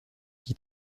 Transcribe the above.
qui